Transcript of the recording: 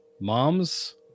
moms